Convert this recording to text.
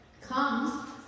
comes